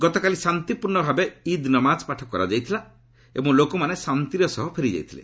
ଗତକାଲି ଶାନ୍ତିପୂର୍ଣ୍ଣ ଭାବେ ଇଦ୍ ନମାକ ପାଠ କରାଯାଇଥିଲା ଏବଂ ଲୋକମାନେ ଶାନ୍ତିର ସହ ଫେରି ଯାଇଥିଲେ